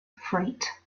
freight